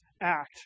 act